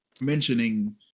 mentioning